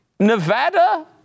Nevada